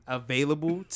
available